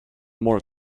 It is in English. more